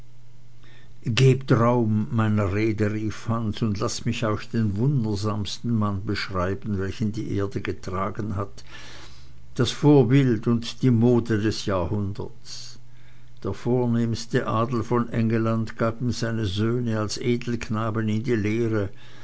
gebt raum meiner rede rief hans und laßt mich euch den wundersamsten mann beschreiben welchen die erde getragen hat das vorbild und die mode des jahrhunderts der vornehmste adel von engelland gab ihm seine söhne als edelknaben in die lehre